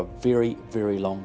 a very very long